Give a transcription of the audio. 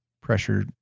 pressure